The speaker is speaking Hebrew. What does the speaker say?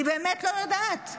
אני באמת לא יודעת.